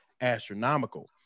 astronomical